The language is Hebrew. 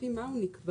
לפי מה הוא נקבע?